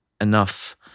enough